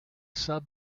sub